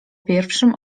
pierwszym